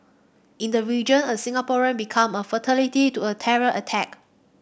in the region a Singaporean became a fatality to a terror attack